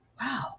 Wow